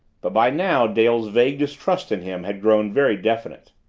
but by now dale's vague distrust in him had grown very definite.